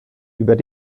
über